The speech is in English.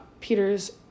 Peter's